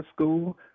School